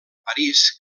parís